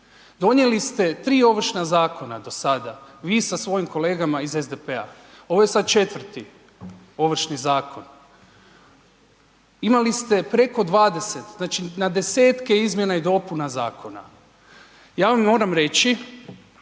donijeli se 3 Ovršna zakona do sada, vi sa svojim kolegama iz SDP-a ovo je sad 4 Ovršni zakon, imali ste preko 20, znači na desetke izmjena i dopuna zakona. Ja vam moram reći